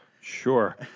Sure